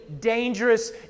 dangerous